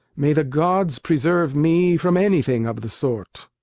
may the gods preserve me from anything of the sort!